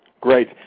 Great